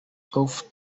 off